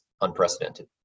unprecedented